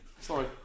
Sorry